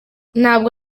ntabwo